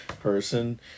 person